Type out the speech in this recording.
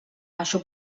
això